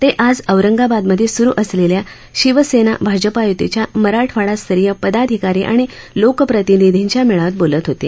ते आज औरगांबादमध्ये सुरू असलेल्या शिवसेना भाजपा युतीच्या मराठवाडास्तरीय पदाधिकारी आणि लोकप्रतिनिधींच्या मेळाव्यात बोलत होते